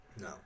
No